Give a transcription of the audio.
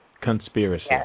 conspiracy